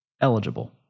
eligible